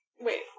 Wait